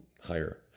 higher